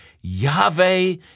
Yahweh